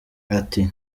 ati